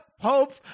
pope